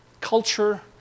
culture